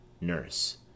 Nurse